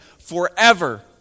forever